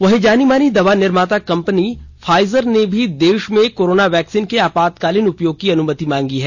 वहीं जानी मानी दवा निर्माता कंपनी फाइजर ने भी देश में कोरोना वैक्सीन के आपातकालीन उपयोग की अनुमति मांगी है